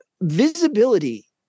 visibility